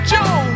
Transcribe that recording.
Joe